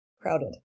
crowded